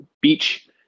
beach